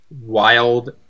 wild